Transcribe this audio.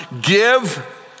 give